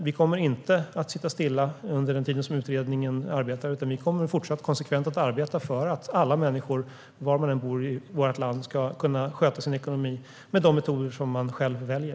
Vi kommer dock inte att sitta stilla under den tid som utredningen arbetar, utan vi kommer att fortsätta att konsekvent arbeta för att alla människor, var man än bor i vårt land, ska kunna sköta sin ekonomi med de metoder som man själv väljer.